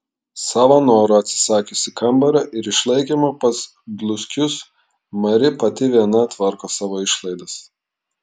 savo noru atsisakiusi kambario ir išlaikymo pas dluskius mari pati viena tvarko savo išlaidas